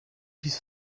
dies